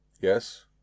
yes